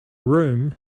room